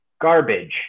garbage